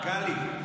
גלי.